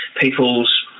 people's